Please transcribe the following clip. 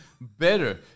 better